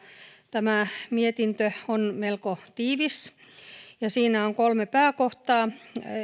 tämä mietintö on melko tiivis siinä on kolme pääkohtaa